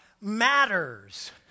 matters